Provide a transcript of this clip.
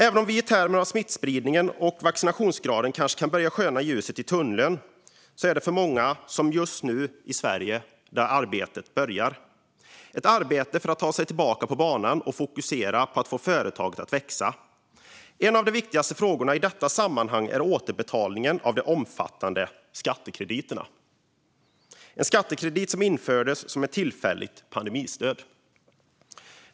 Även om vi i termer av smittspridning och vaccinationsgrad kanske kan börja skönja ljuset i tunneln är det just nu som arbetet börjar för många i Sverige. Det är ett arbete för att ta sig tillbaka på banan och fokusera på att få företag att växa. En av de viktigaste frågorna i detta sammanhang är återbetalningen av de omfattande skattekrediter som infördes som ett tillfälligt pandemistöd.